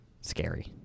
scary